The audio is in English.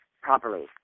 properly